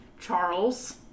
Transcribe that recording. Charles